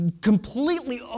completely